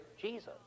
Jesus